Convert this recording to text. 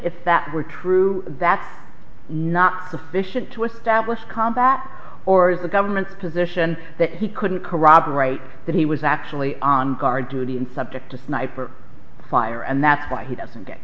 if that were true that's not sufficient to establish combat or is the government's position that he couldn't corroborate that he was actually on guard duty and subject to sniper fire and that's why he doesn't get